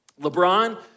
LeBron